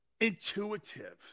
intuitive